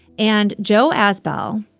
and joe azbell,